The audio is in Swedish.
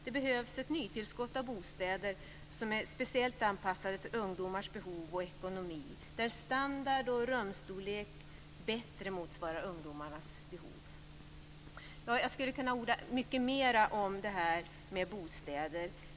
Det behövs ett nytillskott av bostäder som är speciellt anpassade för ungdomars behov och ekonomi, där standard och rumsstorlek bättre motsvarar ungdomarnas behov. Jag skulle kunna orda mycket mer om bostäder.